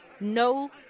No